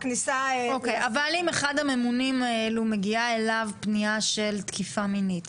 אבל אם מגיעה לאחד הממונים פנייה של תקיפה מינית